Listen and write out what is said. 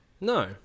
No